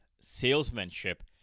salesmanship